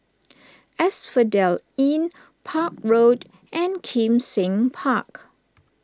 Asphodel Inn Park Road and Kim Seng Park